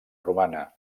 romana